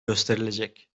gösterilecek